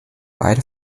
beide